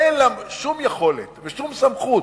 אין לה שום יכולת ושום סמכות,